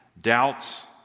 doubts